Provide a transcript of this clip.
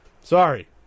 Sorry